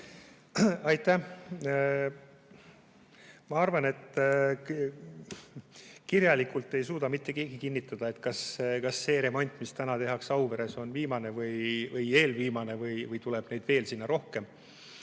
Aitäh! Ma arvan, et kirjalikult ei suuda mitte keegi kinnitada, kas see remont, mis täna tehakse Auveres, on viimane või eelviimane või tuleb neid sinna rohkem.